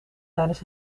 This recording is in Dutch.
tijdens